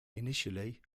initially